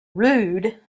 rood